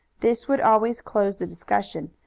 this would always close the discussion,